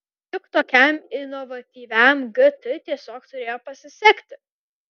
juk tokiam inovatyviam gt tiesiog turėjo pasisekti